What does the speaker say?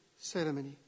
ceremony